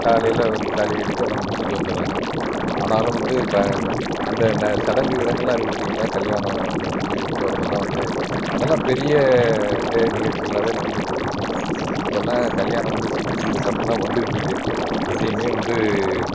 காலையில் வந்து தாலியை கட்டிவிட்டு எல்லாம் முடிச்சுட்டு வந்துடறாங்க ஆனாலும் வந்து ப அந்த ந சடங்கு கிடங்கெல்லாம் இருக்குது பார்த்தீங்களா கல்யாணம் முடிஞ்சு போகிறதுலாம் வந்து அதெல்லாம் பெரிய இதை நிகழ்ச்சிகளாகவே நடந்துக்கிட்டு இருந்துச்சு இப்பெலாம் கல்யாணம் வந்து சிக்கி முக்கி தட்டுகிறாப்புல தான் வந்துக்கிட்டு இருக்குது எதையுமே வந்து